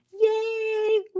Yay